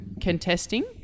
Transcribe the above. contesting